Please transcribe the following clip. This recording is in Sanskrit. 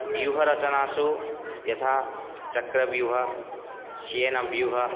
व्यूहरचनासु यथा चक्रव्यूह सेनव्यूह